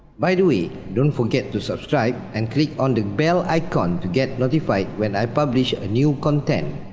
by the way, don't forget to subscribe and click on the bell icon to get notified when i published a new content.